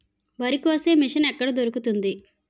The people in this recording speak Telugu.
వరి కోసే మిషన్ ఎక్కడ దొరుకుతుంది?